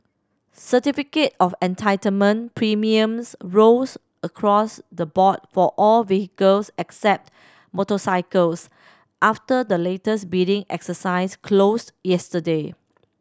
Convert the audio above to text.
Certificate of Entitlement premiums rose across the board for all vehicles except motorcycles after the latest bidding exercise closed yesterday